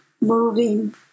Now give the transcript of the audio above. moving